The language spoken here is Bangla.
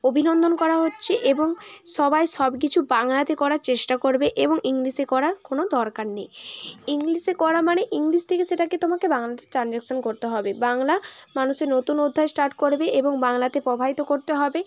অভিনন্দন করা হচ্ছে এবং সবাই সব কিছু বাংলাতে করার চেষ্টা করবে এবং ইংলিশে করার কোনো দরকার নেই ইংলিশে করা মানে ইংলিশ থেকে সেটাকে তোমাকে বাংলাতে ট্রানজাকশান করতে হবে বাংলা মানুষের নতুন অধ্যায় স্টার্ট করবে এবং বাংলাতে প্রবাহিত করতে হবে